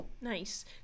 Nice